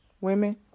women